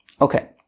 Okay